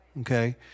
okay